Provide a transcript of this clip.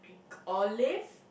olive